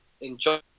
enjoy